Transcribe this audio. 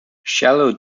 shallow